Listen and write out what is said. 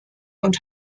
und